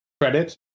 credit